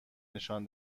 نشان